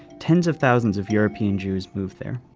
tens of thousands of european jews moved there.